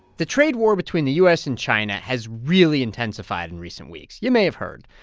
the trade war between the u s. and china has really intensified in recent weeks. you may have heard.